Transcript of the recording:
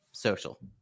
social